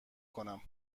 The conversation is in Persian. کنم